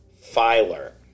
Filer